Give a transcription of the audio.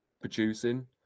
producing